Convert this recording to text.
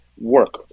work